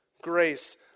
grace